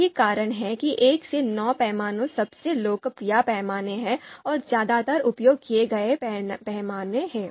यही कारण है कि 1 से 9 पैमाने सबसे लोकप्रिय पैमाने हैं और ज्यादातर उपयोग किए गए पैमाने हैं